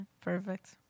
Perfect